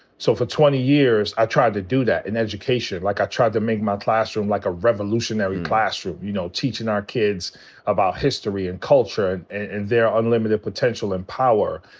so for twenty years, i tried to do that in education. like, i tried to make my classroom like a revolutionary classroom. you know, teachin' our kids about history and culture and their unlimited potential and power.